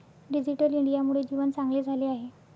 digital इंडियामुळे जीवन चांगले झाले आहे